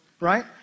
right